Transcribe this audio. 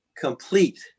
complete